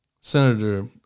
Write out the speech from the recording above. Senator